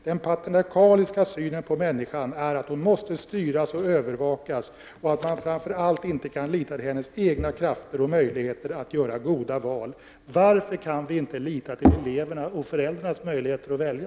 Den paternalistiska synen på människan är att hon måste styras och övervakas och att man framför allt inte kan lita till hennes egna krafter och möjligheter att göra goda val.” Varför kan vi inte lita på elevernas och föräldrarnas förmåga att välja?